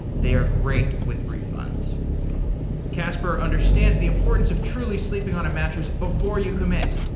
they are great with refunds casper understands the importance of truly sleeping on a mattress before you commit,